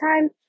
time